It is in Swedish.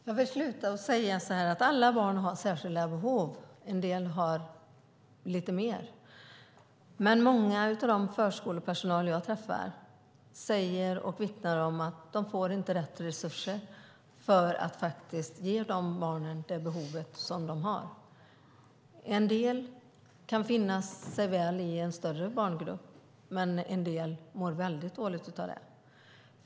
Fru talman! Jag vill avsluta med att säga att alla barn har särskilda behov, en del har lite mer. Många bland förskolepersonalen som jag träffar vittnar om att de inte får rätt resurser för att faktiskt kunna ge barnen det de har behov av. En del barn kan finna sig väl i en större barngrupp, men en del mår väldigt dåligt av det.